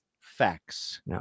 facts